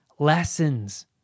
Lessons